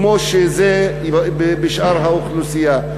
כמו שיש בשאר האוכלוסייה.